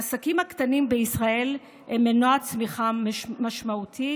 העסקים הקטנים בישראל הם מנוע צמיחה משמעותי